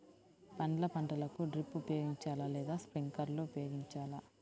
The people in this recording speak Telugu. పండ్ల పంటలకు డ్రిప్ ఉపయోగించాలా లేదా స్ప్రింక్లర్ ఉపయోగించాలా?